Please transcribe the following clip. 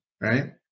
right